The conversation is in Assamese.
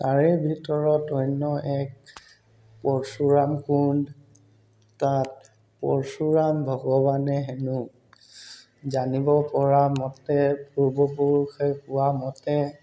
তাৰে ভিতৰত অন্য এক পৰশুৰাম কুণ্ড তাত পৰশুৰাম ভগৱানে হেনো জানিব পৰামতে পূৰ্বপুৰুষে পোৱা মতে